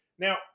Now